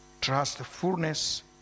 trustfulness